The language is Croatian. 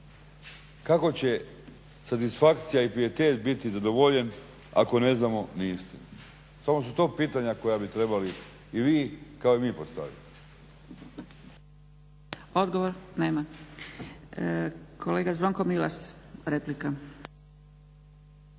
Kako će satisfakcija i pijetet biti zadovoljen ako ne znamo ni istinu? Samo su to pitanja koja bi trebali i vi kao i mi postaviti. **Zgrebec, Dragica (SDP)** Odgovor? Nema. Kolega Zvonko Milas, replika.